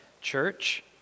church